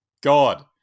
God